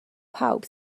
pawb